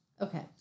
Okay